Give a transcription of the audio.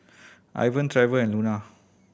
Ivan Trever and Luna